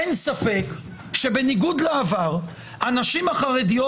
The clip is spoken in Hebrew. אין ספק שבניגוד לעבר הנשים החרדיות